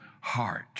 heart